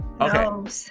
okay